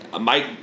Mike